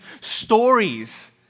stories